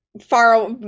far